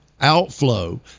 Outflow